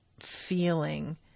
feeling